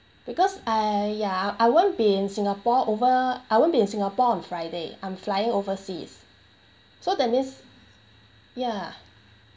because uh ya I won't be in singapore over I won't be in singapore on friday I'm flying overseas so that means ya